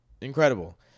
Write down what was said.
incredible